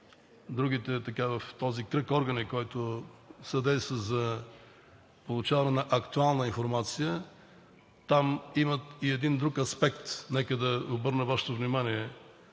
се, в този кръг органи, който съдейства за получаване на актуална информация. Там имат и един друг аспект. Нека да обърна Вашето внимание,